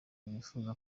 bifuza